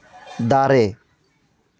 ᱫᱟᱨᱮ